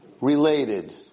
related